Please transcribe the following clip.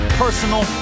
personal